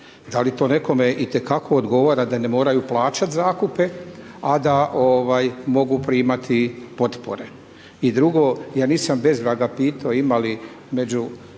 Da li to nekome itekako odgovara da ne moraju plaćati zakupe, a da mogu primati potpore? I drugo, ja nisam bez vraga pitao ima li među